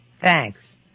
Thanks